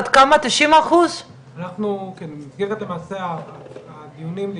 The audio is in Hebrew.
אגב הדברים שחבר הכנסת טור פז אמר,